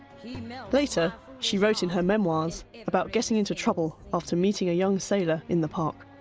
you know later, she wrote in her memoirs about getting into trouble after meeting a young sailor in the park.